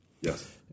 Yes